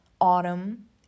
Autumn